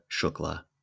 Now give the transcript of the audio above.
Shukla